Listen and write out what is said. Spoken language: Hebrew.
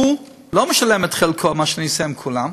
הוא לא משלם את חלקו, מה שאני עושה עם כולם,